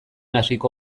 hasiko